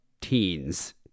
teens